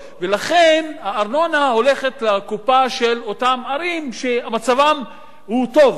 ולכן הארנונה הולכת לקופה של אותן ערים שמצבן הוא טוב,